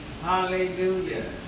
Hallelujah